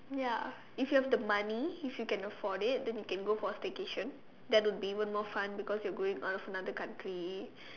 ya if you have the money if you can afford it you can go for staycation that will be even more fun because you're going out of another country